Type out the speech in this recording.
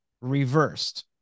reversed